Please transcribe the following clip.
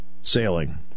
Sailing